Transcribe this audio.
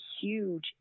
huge